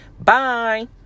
Bye